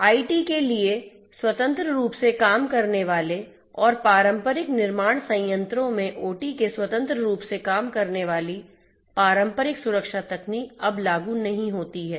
IT के लिए स्वतंत्र रूप से काम करने वाले और पारंपरिक निर्माण संयंत्रों में ओटी के स्वतंत्र रूप से काम करने वाली पारंपरिक सुरक्षा तकनीक अब लागू नहीं होती है